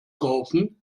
kaufen